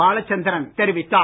பாலச்சந்திரன் தெரிவித்தார்